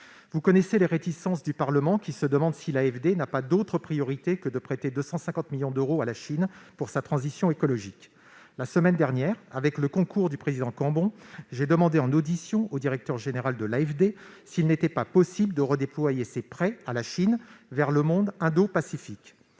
On connaît les réticences du Parlement, qui se demande si l'AFD n'a pas d'autres priorités que de prêter 250 millions d'euros à la Chine pour financer sa transition écologique. La semaine dernière, avec le concours du président Cambon, j'ai demandé au directeur général de l'AFD s'il n'était pas possible de redéployer ces prêts à la Chine vers le monde Indo-Pacifique,